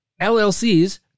LLCs